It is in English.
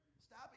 stop